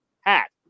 hat